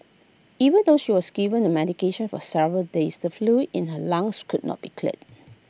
even though she was given the medication for several days the fluid in her lungs could not be cleared